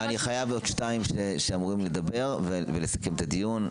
אני חייב עוד שניים שאמורים לדבר ולסכם את הדיון.